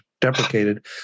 deprecated